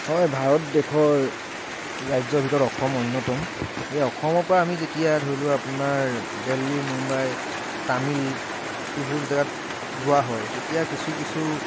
হয় ভাৰত দেশৰ ৰাজ্যৰ ভিতৰত অসম অন্যতম এই অসমৰ পৰাই আমি যেতিয়া ধৰি লোৱা আপোনাৰ দেলহী মুম্বাই তামিল এইবোৰ জেগাত যোৱা হয় তেতিয়া কিছু কিছু